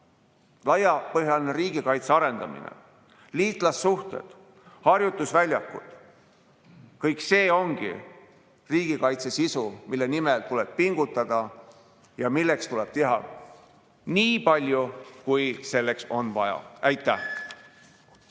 Laiapõhjaline riigikaitse arendamine, liitlassuhted, harjutusväljakud – kõik see ongi riigikaitse sisu, mille nimel tuleb pingutada ja milleks tuleb teha nii palju, kui selleks on vaja. Aitäh!